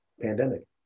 pandemic